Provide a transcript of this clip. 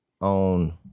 on